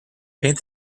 paint